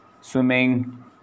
swimming